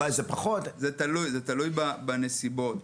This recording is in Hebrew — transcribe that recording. זה תלוי בנסיבות.